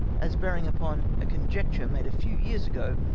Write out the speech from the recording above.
as bearmg upon a conjecture made a few years ago,